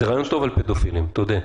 זה רעיון טוב על פדופילים, תודה.